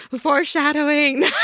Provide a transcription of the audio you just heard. foreshadowing